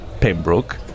Pembroke